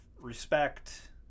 respect